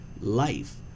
life